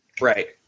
Right